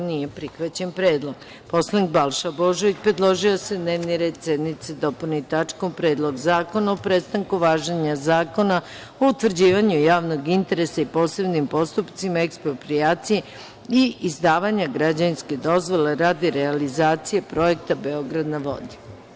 Konstatujem da nije prihvaćen. predlog Poslanik Balša Božović, predložio je da se dnevni red sednice dopuni tačkom - Predlog zakona o prestanku važenja Zakona o utvrđivanju javnog interesa i posebnim postupcima eksproprijacije i izdavanja građevinske dozvole radi realizacije projekta „Beograd na vodi“